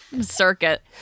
circuit